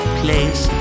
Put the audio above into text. place